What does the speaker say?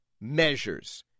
measures